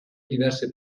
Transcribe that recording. diverse